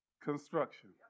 construction